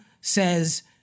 says